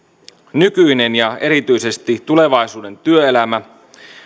nykyinen ja erityisesti tulevaisuuden työelämä